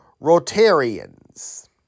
Rotarians